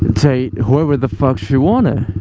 date whoever the fuck she wanna